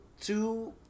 two